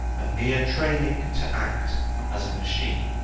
a mere training to act as a machine.